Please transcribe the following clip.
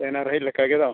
ᱥᱮᱱ ᱟᱨ ᱦᱮᱡ ᱞᱮᱠᱟ ᱜᱮᱛᱚ